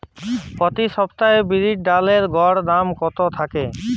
প্রতি সপ্তাহে বিরির ডালের গড় দাম কত থাকে?